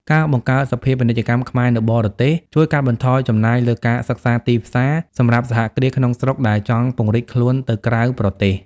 ការបង្កើតសភាពាណិជ្ជកម្មខ្មែរនៅបរទេស ជួយកាត់បន្ថយចំណាយលើ "ការសិក្សាទីផ្សារ" សម្រាប់សហគ្រាសក្នុងស្រុកដែលចង់ពង្រីកខ្លួនទៅក្រៅប្រទេស។